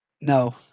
No